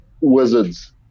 wizards